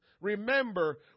Remember